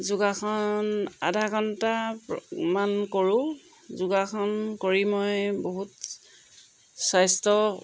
যোগাসন আধা ঘণ্টামান কৰোঁ যোগাসন কৰি মই বহুত স্বাস্থ্য